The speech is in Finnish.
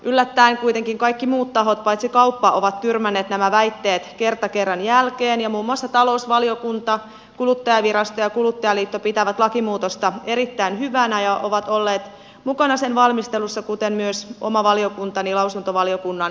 yllättäen kuitenkin kaikki muut tahot paitsi kauppa ovat tyrmänneet nämä väitteet kerta kerran jälkeen ja muun muassa talousvaliokunta kuluttajavirasto ja kuluttajaliitto pitävät lakimuutosta erittäin hyvänä ja ovat olleet mukana sen valmistelussa kuten myös oma valiokuntani lausuntovaliokunnan roolissa